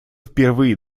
впервые